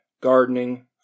gardening